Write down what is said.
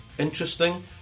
interesting